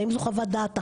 האם זו חוות דעת אחת?